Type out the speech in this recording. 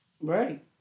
Right